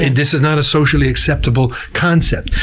and this is not a socially acceptable concept,